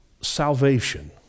salvation